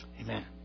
Amen